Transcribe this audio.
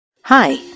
Hi